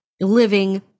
living